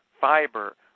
fiber